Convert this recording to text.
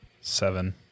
Seven